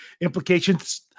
implications